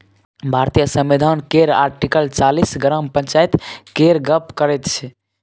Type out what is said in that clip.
भारतीय संविधान केर आर्टिकल चालीस ग्राम पंचायत केर गप्प करैत छै